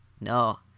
no